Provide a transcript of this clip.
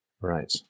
Right